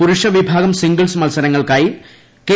പുരുഷ വിഭാഗം സിംഗിൾസ് മത്സരങ്ങൾക്കായി കെ